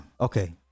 okay